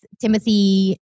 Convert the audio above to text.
Timothy